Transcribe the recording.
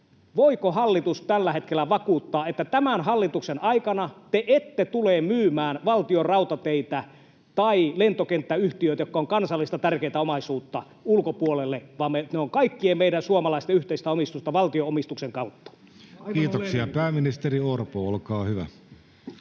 voiko hallitus tällä hetkellä vakuuttaa, että tämän hallituksen aikana te ette tule myymään ulkopuolelle Valtionrautateitä tai lentokenttäyhtiötä, jotka ovat kansallista, tärkeätä omaisuutta, vaan ne ovat kaikkien meidän suomalaisten yhteistä omistusta valtio-omistuksen kautta? [Speech 72] Speaker: Jussi Halla-aho